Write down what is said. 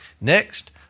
Next